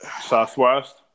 Southwest